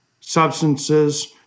substances